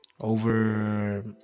over